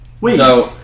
Wait